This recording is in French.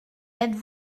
êtes